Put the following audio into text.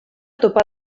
topa